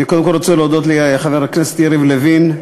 אני קודם כול רוצה להודות לחבר הכנסת יריב לוין.